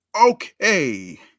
Okay